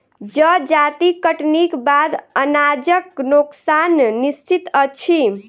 जजाति कटनीक बाद अनाजक नोकसान निश्चित अछि